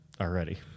already